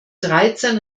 dreizehn